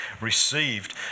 received